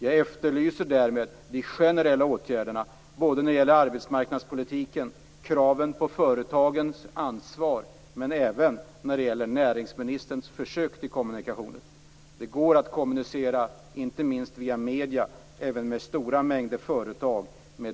Jag efterlyser därmed generella åtgärder både när det gäller arbetsmarknadspolitiken och kraven på företagens ansvar och när det gäller näringsministerns försök till kommunikation. Det går att kommunicera, inte minst via medierna, även med en stor mängd företag.